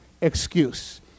excuse